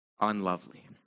unlovely